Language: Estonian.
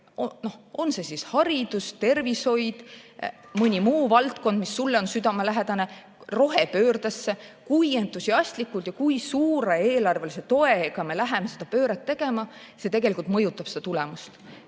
on see siis haridus, tervishoid või mõni muu valdkond, mis sulle on südamelähedane, näiteks rohepööre, kui entusiastlikult ja kui suure eelarvelise toega me läheme seda pööret tegema, tegelikult mõjutab tulemust.